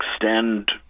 extend